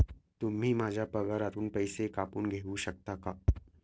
तुम्ही माझ्या पगारातून पैसे कापून घेऊ शकता का?